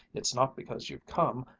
it's not because you've come.